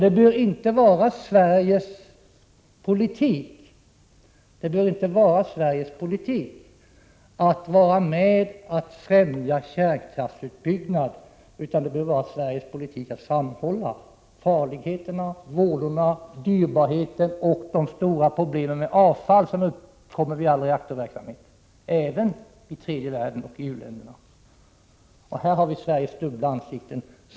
Det bör inte vara Sveriges politik att främja kärnkraftsutbyggnad, utan det bör vara Sveriges politik att framhålla farligheterna, vådorna, de stora kostnaderna och de stora problem med avfall som uppkommer vid all reaktorverksamhet, även i den tredje världen och i u-länderna. Här har Sverige ett dubbelt ansikte.